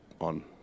on